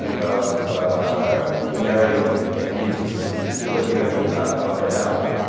ah mary and and jesus. if you're looking at um and a madonna,